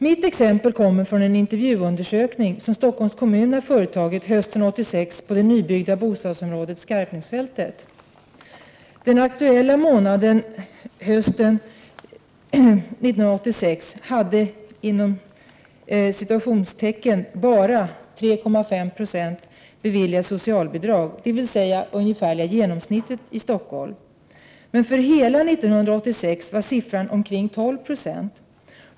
Mitt exempel kommer från en intervjuundersökning som Stockholms kommun företog hösten 1986, och det gäller det nybyggda bostadsområdet Skarpnäcksfältet. Den aktuella månaden hösten 1986 hade ”bara” 3,5 96 av hushållen beviljats socialbidrag — dvs. det ungefärliga genomsnittet för Stockholm. Men för hela 1986 rörde det sig om ca 12 90.